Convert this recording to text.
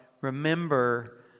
remember